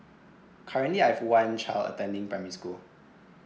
currently I have one child attending primary school